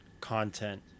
content